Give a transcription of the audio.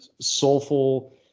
soulful